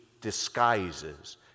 disguises